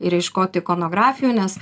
ir ieškot ikonografijų nes